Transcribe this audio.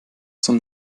zum